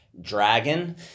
dragon